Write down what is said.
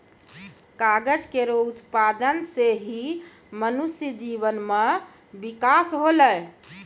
कागज केरो उत्पादन सें ही मनुष्य जीवन म बिकास होलै